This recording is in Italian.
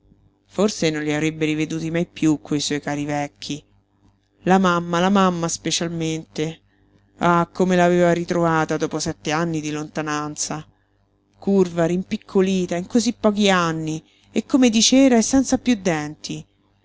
forse non li avrebbe riveduti mai piú quei suoi cari vecchi la mamma la mamma specialmente ah come l'aveva ritrovata dopo sette anni di lontananza curva rimpiccolita in cosí pochi anni e come di cera e senza piú denti